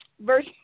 verse